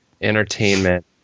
entertainment